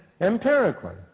empirically